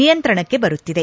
ನಿಯಂತ್ರಣಕ್ಕೆ ಬರುತ್ತಿದೆ